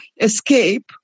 escape